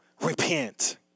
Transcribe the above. repent